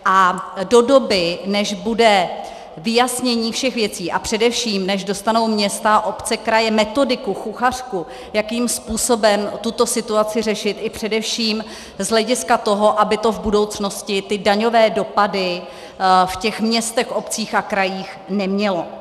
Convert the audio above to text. A do doby, než bude vyjasnění všech věcí, a především než dostanou města, obce, kraje metodiku, kuchařku, jakým způsobem tuto situaci řešit, i především z hlediska toho, aby to v budoucnosti, ty daňové dopady ve městech, obcích a krajích nemělo.